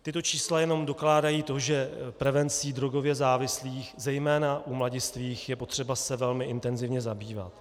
Tato čísla jenom dokládají to, že prevencí drogově závislých zejména u mladistvých je potřeba se velmi intenzivně zabývat.